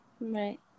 Right